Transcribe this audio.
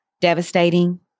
devastating